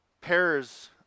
pairs